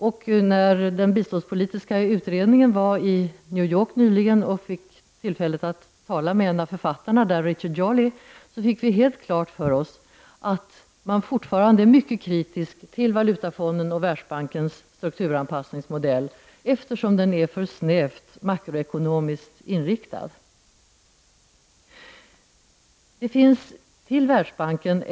Och när den biståndspolitiska utredningen var i New York nyligen och hade tillfälle att tala med en av författarna där, Richard Jolly, fick vi helt klart för oss att man fortfarande är mycket kritisk till Valutafondens och Världsbankens strukturanpassningsmodell, eftersom den är för snävt makroekonomiskt inriktad.